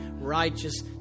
righteous